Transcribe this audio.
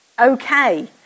Okay